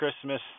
Christmas